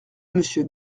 monsieur